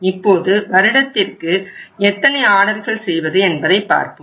இப்போது வருடத்திற்கு எத்தனை ஆர்டர்கள் செய்வது என்பதை பார்ப்போம்